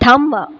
थांबवा